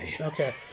Okay